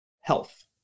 health